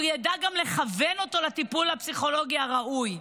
הוא ידע גם לכוון אותו לטיפול הפסיכולוגי הראוי.